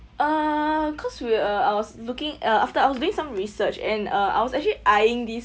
uh cause we're uh I was looking uh after I was doing some research and uh I was actually eyeing this